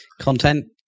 content